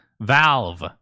Valve